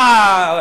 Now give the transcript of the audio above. מה,